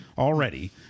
Already